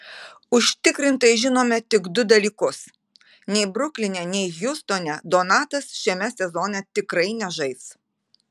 užtikrintai žinome tik du dalykus nei brukline nei hjustone donatas šiame sezone tikrai nežais